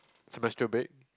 semestrial break